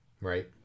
right